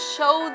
Show